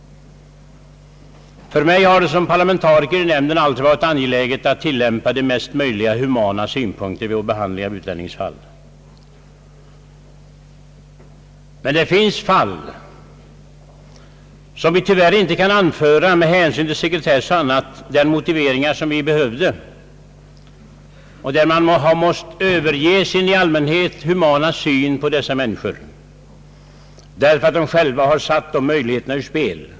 För mig har det som parlamentariker i nämnden alltid varit angeläget att tillämpa de mest humana synpunkter vid behandlingen av utlänningsfall. Det finns emellertid fall, där vi tyvärr inte kan lämna den motivering som vore önskvärd med hänsyn till sekretess och annat. I dessa fall har man måst överge vår i allmänhet humana syn på dessa människor därför att de själva har satt de möjligheterna ur spel.